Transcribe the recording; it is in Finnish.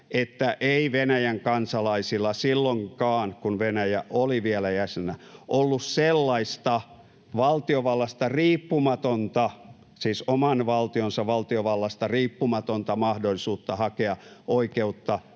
että ei Venäjän kansalaisilla silloinkaan, kun Venäjä oli vielä jäsenenä, ollut sellaista valtiovallasta riippumatonta, siis oman valtionsa valtiovallasta riippumatonta, mahdollisuutta hakea oikeutta